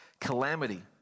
calamity